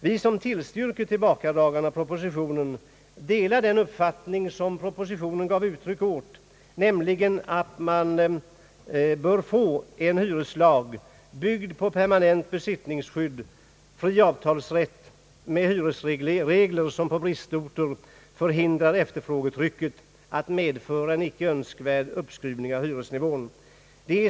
Vi som tillstyrker tillbakadragandet av propositionen, delar den uppfattning propositionen gav uttryck åt, nämligen att man bör få en hyreslag byggd på permanent besittningsskydd, fri avtalsrätt och med hyresregler som på bristorter förhindrar att efterfrågetrycket medför en icke önskvärd uppskruvning av hyresnivån.